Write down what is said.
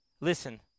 listen